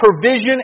provision